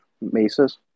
mesas